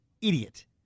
idiot